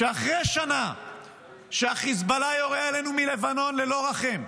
שאחרי שנה שהחיזבאללה יורה עלינו מלבנון ללא רחם,